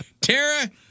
Tara